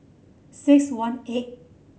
six one eight